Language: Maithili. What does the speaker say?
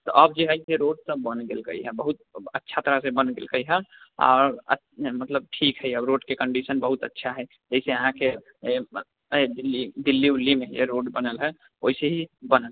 अब जे हइ से रोडसब बनि गेलै हइ बहुत अच्छा तरहसँ बनि गेलै हँ आओर अच्छा मतलब ठीक हइ अब रोडके कन्डीशन बहुत अच्छा हइ जइसे अहाँके दिल्ली उल्लीमे हइ रोड बनल हइ वइसे ही बनल हइ